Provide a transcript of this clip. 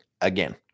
again